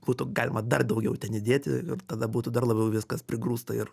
būtų galima dar daugiau ten įdėti ir tada būtų dar labiau viskas prigrūsta ir